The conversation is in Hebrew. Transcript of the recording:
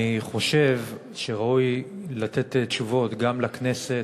אני חושב שראוי לתת תשובות לכנסת,